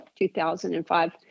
2005